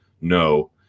No